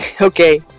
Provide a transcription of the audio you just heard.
Okay